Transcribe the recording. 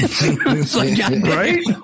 Right